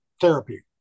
therapy